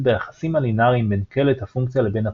ביחסים הליניאריים בין קלט הפונקציה לבין הפלט.